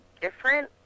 different